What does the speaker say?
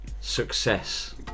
success